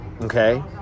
okay